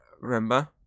remember